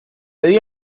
pedí